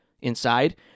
Inside